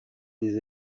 des